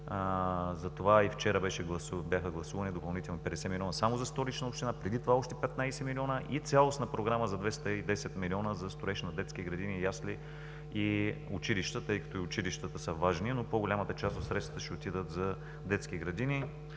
Затова и вчера бяха гласувани допълнителните 50 милиона само за Столична община, преди това още 15 милиона и цялостна програма за 210 милиона за строеж на детски градини, ясли и училища, тъй като и училищата са важни, но по-голямата част от средствата ще отидат за детски градини.